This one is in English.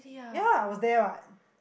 ya I was there what